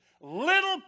little